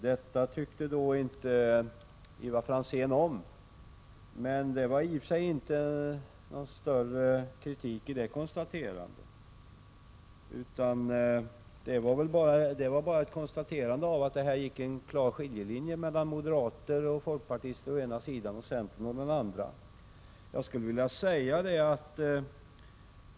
Det tyckte inte Ivar Franzén om, men jag menade inte detta som någon större kritik, utan det var bara ett klart konstaterande av att det här går en klar skiljelinje mellan moderater och folkpartister å ena sidan och centerpartister å den andra.